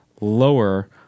lower